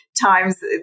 times